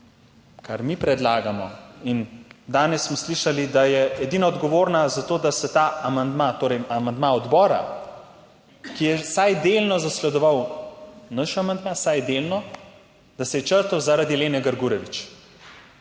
kar mi predlagamo, in danes smo slišali, da je edina odgovorna za to, da se ta amandma, torej amandma odbora, ki je vsaj delno zasledoval naš amandma, vsaj delno, da se je črtal zaradi Lene Grgurevič.